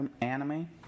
anime